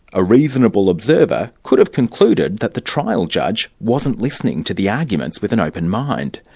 a reasonable observer could have concluded that the trial judge wasn't listening to the arguments with an open mind.